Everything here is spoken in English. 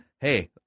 Hey